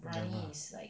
ya lah